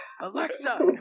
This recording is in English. Alexa